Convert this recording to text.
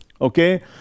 okay